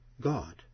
God